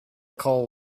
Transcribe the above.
cold